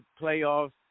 playoffs